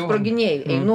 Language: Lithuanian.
sproginėji einu